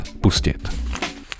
pustit